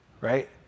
right